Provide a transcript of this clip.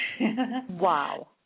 Wow